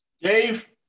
Dave